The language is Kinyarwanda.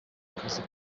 akazi